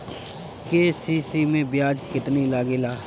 KCC मै ब्याज केतनि लागेला?